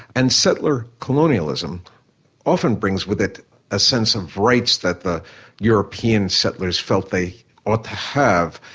and settler colonialism often brings with it a sense of rights that the european settlers felt they ought to have,